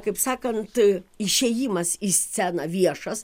kaip sakant išėjimas į sceną viešas